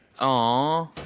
Aww